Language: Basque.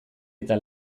eta